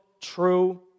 true